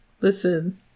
Listen